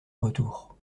retour